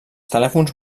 telèfons